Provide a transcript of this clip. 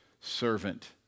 servant